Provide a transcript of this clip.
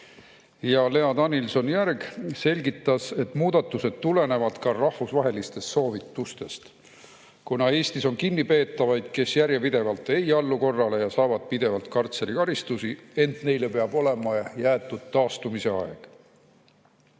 Lea Danilson-Järg selgitas, et muudatused tulenevad ka rahvusvahelistest soovitustest, kuna Eestis on kinnipeetavaid, kes järjepidevalt ei allu korrale ja saavad pidevalt kartserikaristusi, ent neile peab olema jäetud taastumise aeg.